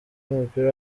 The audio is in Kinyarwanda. w’umupira